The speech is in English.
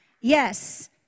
Yes